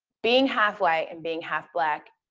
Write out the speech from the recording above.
being half-white and being half-black,